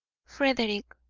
frederick,